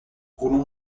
roulon